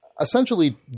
Essentially